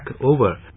over